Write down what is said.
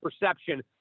perception